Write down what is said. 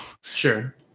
sure